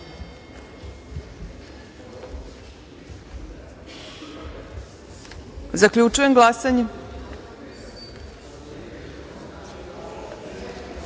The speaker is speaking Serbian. se. Zaključujem glasanje: